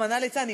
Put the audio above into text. רחמנא ליצלן,